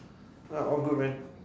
ah all good man